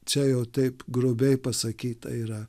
čia jau taip grubiai pasakyta yra